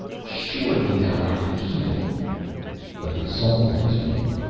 surely thou art evil but his soul answered him,